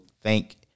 thank